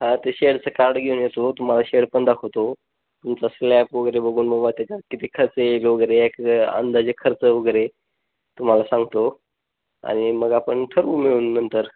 हा ते शेडचं कार्ड घेऊन येतो तुम्हाला शेडपण दाखवतो तुमचा स्लॅप वगैरे बघून बघावा त्याच्यात किती खर्च येईल वगैरे एक अंदाजे खर्च वगैरे तुम्हाला सांगतो आणि मग आपण ठरवू मिळून नंतर